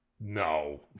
No